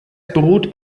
beruht